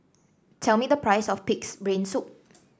tell me the price of pig's brain soup